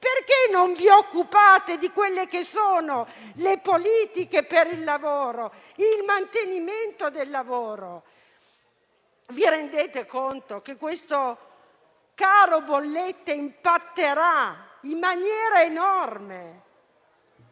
perché non vi occupate delle politiche per il lavoro e del mantenimento del lavoro? Vi rendete conto che questo caro bollette impatterà in maniera enorme?